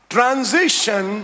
Transition